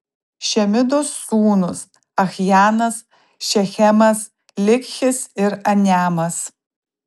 šemidos sūnūs achjanas šechemas likhis ir aniamas